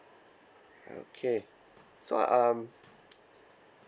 okay so um